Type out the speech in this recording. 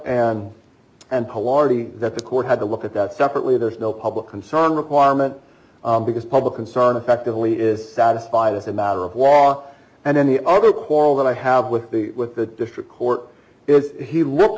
lardy that the court had to look at that separately there's no public concern requirement because public concern effectively is satisfied as a matter of law and any other quarrel that i have with the with the district court is he looks